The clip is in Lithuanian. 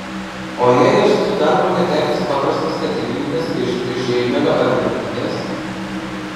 o jei aš esu darbo netekęs paprastas statybininkas iš žeimelio ar merkinės